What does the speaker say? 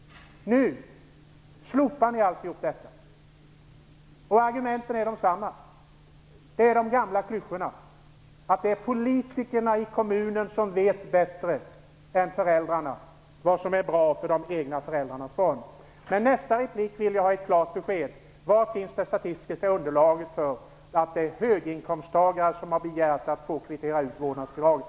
Nu slopar ni allt detta. Och argumenten är de samma. Det är de gamla klyschorna att det är politikerna i kommunen som vet bättre än föräldrarna vad som är bra för barnen. I nästa replik vill jag ha ett klart besked om var det statistiska underlaget finns för att det är höginkomsttagare som har begärt att få kvittera ut vårdnadsbidraget.